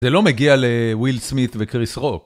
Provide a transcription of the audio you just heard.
זה לא מגיע לוויל סמית וכריס רוק.